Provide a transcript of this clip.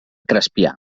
crespià